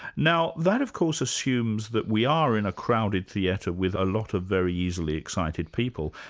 now, that of course assumes that we are in a crowded theatre with a lot of very easily excited people,